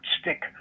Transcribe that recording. stick